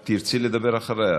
את תרצי לדבר אחריה?